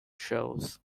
shows